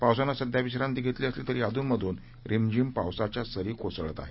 पावसानं सध्या विश्रांती धेतली असली तरी अधूनमधून रिमझिम पावसाच्या सरी कोसळत आहेत